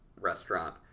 restaurant